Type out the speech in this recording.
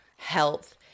Health